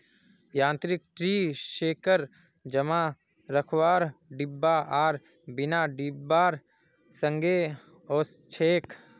यांत्रिक tree shaker जमा रखवार डिब्बा आर बिना डिब्बार संगे ओसछेक